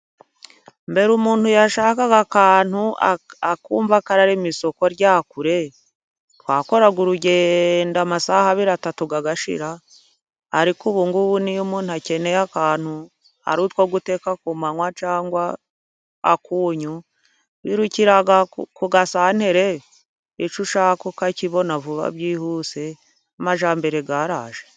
Mbere umuntu yashakaga akantu akumva ko ararema isoko rya kure, twakoraga urugendo amasaha abiri, atatu agashira, ariko ubungubu iyo umuntu akeneye akantu hari utwo guteka ku manywa, cyangwa akunyu wirukira ku gasantere, icyo ushaka ukakibona vuba byihuse amajyambere yaraje.